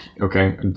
Okay